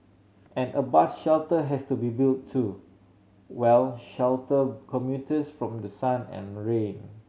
and a bus shelter has to be built to well shelter commuters from the sun and rain